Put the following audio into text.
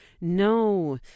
No